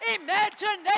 imagination